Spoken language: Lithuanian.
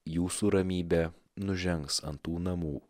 jūsų ramybė nužengs ant tų namų